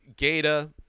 gata